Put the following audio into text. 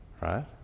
Right